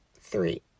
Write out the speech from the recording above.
Three